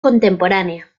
contemporánea